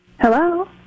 Hello